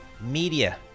media